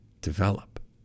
develop